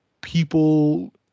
people